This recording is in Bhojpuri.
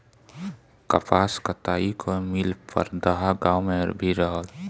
कपास कताई कअ मिल परदहा गाँव में भी रहल